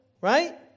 right